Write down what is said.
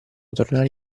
tornare